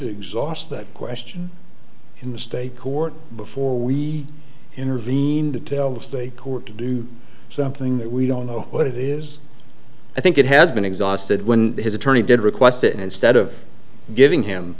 his exhaust that question in the state court before we intervened to tell the state court to do something that we don't know what it is i think it has been exhausted when his attorney did request that instead of giving him